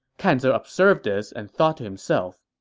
kan ze observed this and thought to himself,